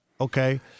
okay